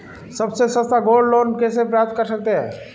सबसे सस्ता gold loan कैसे प्राप्त कर सकते हैं?